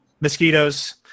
mosquitoes